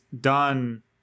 done